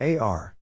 AR